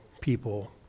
people